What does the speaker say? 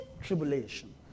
tribulation